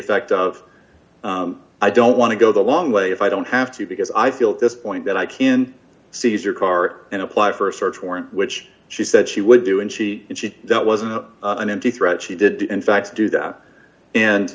effect of i don't want to go the long way if i don't have to because i feel at this point that i can seize your car and apply for a search warrant which she said she would do and she and she that wasn't an empty threat she did in fact do that and